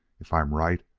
if i'm right,